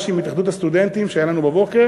עם התאחדות הסטודנטים שהיה לנו בבוקר.